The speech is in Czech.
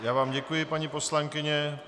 Já vám děkuji, paní poslankyně.